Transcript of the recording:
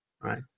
Right